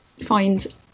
find